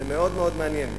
זה מאוד מאוד מעניין.